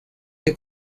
que